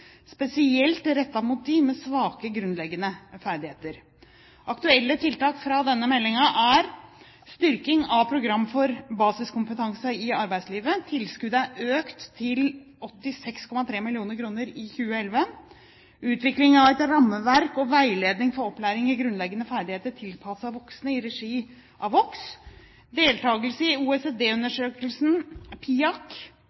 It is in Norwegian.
spesielt rettet mot dem med svake grunnleggende ferdigheter. Aktuelle tiltak fra denne meldingen er: styrking av Program for basiskompetanse i arbeidslivet, tilskuddet er økt til 86,3 mill. kr i 2011 utvikling av et rammeverk og veiledning for opplæring i grunnleggende ferdigheter tilpasset voksne i regi av Vox deltakelse i